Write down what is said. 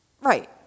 Right